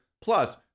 Plus